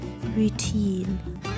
routine